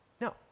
No